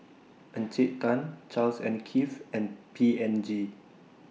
Encik Tan Charles and Keith and P and G